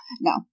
No